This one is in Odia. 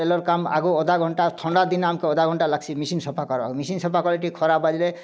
ଟେଲର୍ କାମ୍ ଆଗ ଅଧା ଘଣ୍ଟା ଥଣ୍ଡା ଦିନ ଆମ୍କେ ଅଧା ଘଣ୍ଟା ଲାଗ୍ସି ମେସିନ୍ ସଫା କର୍ବାର୍କେ ମେସିନ୍ ସଫା କଲେ ଟିକେ ଖରା ବାଜ୍ଲେ